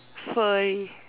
furry